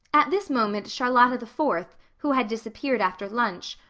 at this moment charlotta the fourth, who had disappeared after lunch,